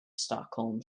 stockholm